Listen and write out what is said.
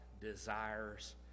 desires